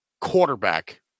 quarterback